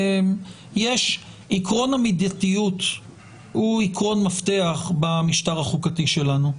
עיקרון המידתיות הוא עיקרון מפתח במשטר החוקתי שלנו.